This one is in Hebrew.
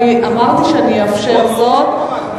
אני אמרתי שאני אאפשר זאת.